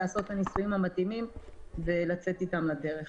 לעשות את הניסויים המתאימים ולצאת איתם לדרך.